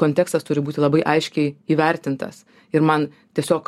kontekstas turi būti labai aiškiai įvertintas ir man tiesiog